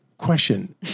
Question